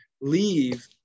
leave